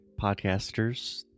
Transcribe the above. podcasters